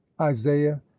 isaiah